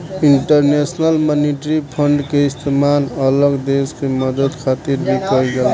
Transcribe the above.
international monetary fund के इस्तेमाल अलग देश के मदद खातिर भी कइल जाला